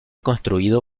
construido